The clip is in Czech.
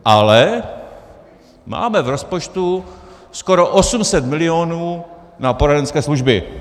Ale máme v rozpočtu skoro 800 milionů na poradenské služby.